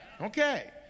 Okay